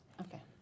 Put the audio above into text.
Okay